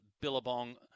Billabong